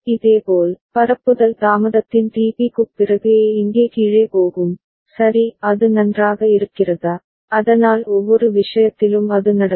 இதேபோல் பரப்புதல் தாமதத்தின் tp க்குப் பிறகு A இங்கே கீழே போகும் சரி அது நன்றாக இருக்கிறதா அதனால் ஒவ்வொரு விஷயத்திலும் அது நடக்கும்